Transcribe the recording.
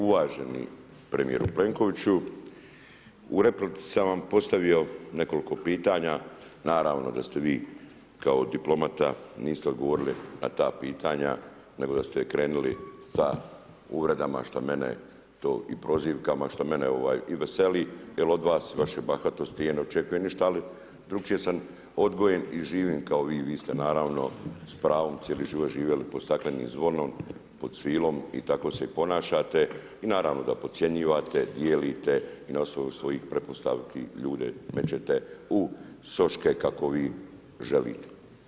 Uvaženi premijeru Plenkoviću, u replici sam vam postavio nekoliko pitanja, naravno da ste vi kao diplomata niste odgovorili na ta pitanja, nego da ste krenili sa uvredama i prozivkama što mene i veseli jer od vas i vaše bahatosti ja ne očekujem ništa, ali drukčije san odgojen i živim kao vi, vi ste naravno s pravom cijeli život živjeli pod staklenim zvonon, pod svilom i tako se i ponašate i naravno da podcjenjivate, dijelite i na osnovu svojih pretpostavki ljude mečete u soške kako vi želite.